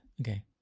Okay